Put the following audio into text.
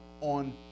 on